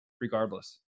regardless